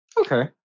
Okay